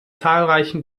zahlreichen